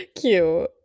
Cute